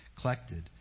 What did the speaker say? collected